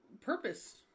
purpose